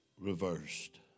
reversed